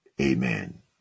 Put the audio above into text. Amen